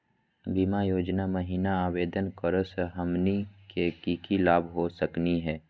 बीमा योजना महिना आवेदन करै स हमनी के की की लाभ हो सकनी हे?